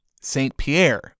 Saint-Pierre